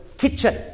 kitchen